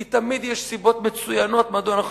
כי תמיד יש סיבות מצוינות מדוע אנחנו